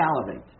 salivate